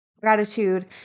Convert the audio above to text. gratitude